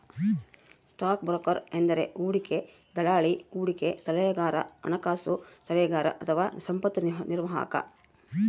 stock broker ಎಂದರೆ ಹೂಡಿಕೆ ದಲ್ಲಾಳಿ, ಹೂಡಿಕೆ ಸಲಹೆಗಾರ, ಹಣಕಾಸು ಸಲಹೆಗಾರ ಅಥವಾ ಸಂಪತ್ತು ನಿರ್ವಾಹಕ